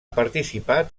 participat